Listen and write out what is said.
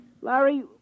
Larry